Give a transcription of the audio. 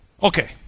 Okay